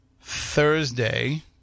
Thursday